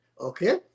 okay